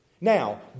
Now